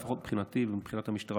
לפחות מבחינתי ומבחינת המשטרה,